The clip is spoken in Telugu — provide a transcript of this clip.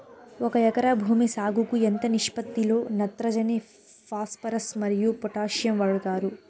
ఒక ఎకరా భూమి సాగుకు ఎంత నిష్పత్తి లో నత్రజని ఫాస్పరస్ మరియు పొటాషియం వాడుతారు